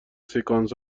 سکانس